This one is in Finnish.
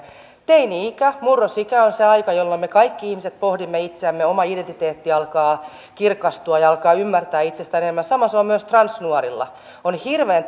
teini ikä mur rosikä on se aika jolloin me kaikki ihmiset pohdimme itseämme oma identiteetti alkaa kirkastua ja alkaa ymmärtää itsestään enemmän sama se on myös transnuorilla on hirveän